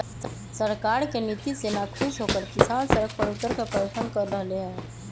सरकार के नीति से नाखुश होकर किसान सड़क पर उतरकर प्रदर्शन कर रहले है